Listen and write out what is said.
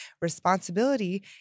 Responsibility